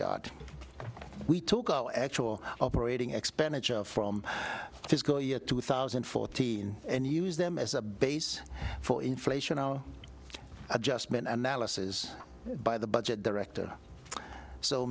yard we took our actual operating expenditure from fiscal year two thousand and fourteen and use them as a base for inflation adjustment analysis by the budget director so